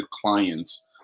clients